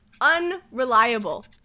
unreliable